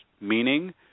meaning